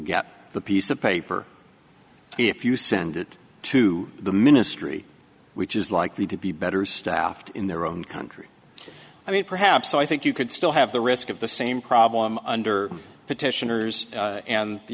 get the piece of paper if you send it to the ministry which is likely to be better staffed in their own country i mean perhaps i think you could still have the risk of the same problem under petitioners and the